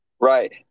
right